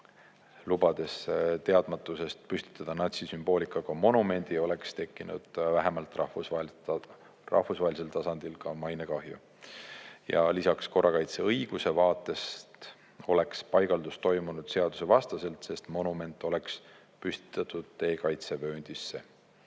lubades teadmatusest püstitada natsisümboolikaga monument, oleks tekkinud rahvusvahelisel tasandil ka vähemalt mainekahju. Ja lisaks, korrakaitseõiguse vaatest oleks paigaldus toimunud seadusvastaselt, sest monument oleks püstitatud tee kaitsevööndisse.